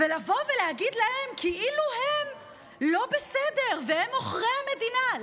ולבוא ולהגיד להם שהם לא בסדר והם עוכרי המדינה?